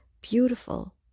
beautiful